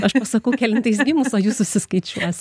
aš pasakau kelintais gimus o jūs susiskaičiuosi